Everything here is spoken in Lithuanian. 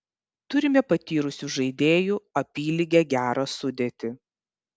turime patyrusių žaidėjų apylygę gerą sudėtį